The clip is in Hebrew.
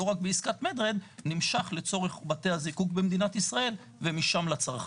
לא רק בעסקת red med נמשך לצורך בתי הזיקוק במדינת ישראל ומשם לצרכן.